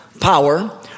power